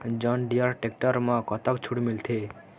John Deere tractor म कतक छूट मिलथे?